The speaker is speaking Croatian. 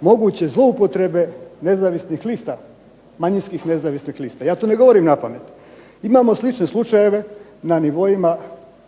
moguće zloupotrebe nezavisnih lista, manjinskih nezavisnih lista. Ja to ne govorim na pamet. Imamo slične slučajeve na nivoima lokalnih